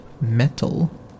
metal